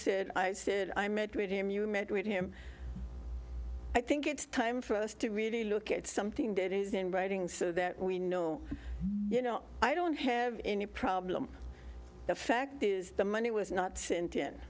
said i said i met with him you met with him i think it's time for us to really look at something that is in writing so that we know you know i don't have any problem the fact is the money was not sent in